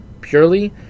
purely